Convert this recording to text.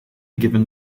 given